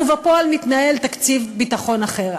ובפועל תקציב ביטחון אחר.